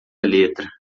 letra